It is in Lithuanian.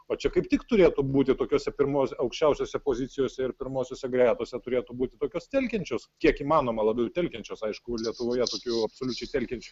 o čia kaip tik turėtų būti tokiose pirmos aukščiausiose pozicijose ir pirmosiose gretose turėtų būti tokios telkiančios kiek įmanoma labiau telkiančios aišku lietuvoje tokių absoliučiai telkiančių